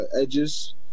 edges